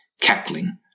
cackling